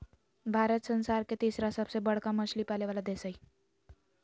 भारत संसार के तिसरा सबसे बडका मछली पाले वाला देश हइ